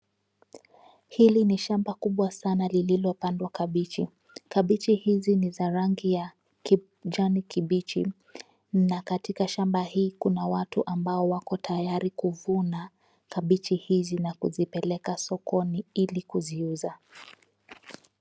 Hili ni shamba kubwa sana lililopandwa kabiji. Kabiji hizi ni za rangi ya kijani kibichi , na katika shamba hii kuna watu ambao wako tayari kuvuna kabiji hizi na kuzipekela sokoni ili kuziuza.